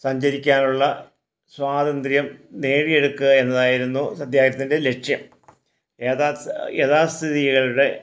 സഞ്ചരിക്കാനുള്ള സ്വാത്രന്ത്ര്യം നേടിയെടുക്കുക എന്നതായിരുന്നു സത്യാഗ്രഹത്തിൻ്റെ ലക്ഷ്യം യഥാ യഥാസ്ഥികരുടെ